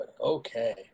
okay